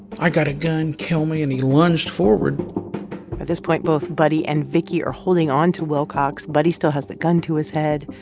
i got a gun. kill me. and he lunged forward at this point, both buddy and vicky are holding onto willcox. buddy still has the gun to his head.